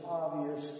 obvious